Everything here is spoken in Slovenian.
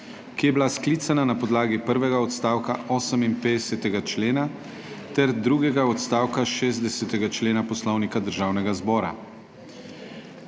ki je bila sklicana na podlagi prvega odstavka 58. člena ter drugega odstavka 60. člena Poslovnika Državnega zbora.